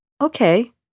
Okay